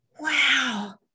wow